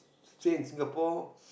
stay in Singapore